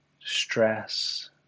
stress